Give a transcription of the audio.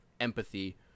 empathy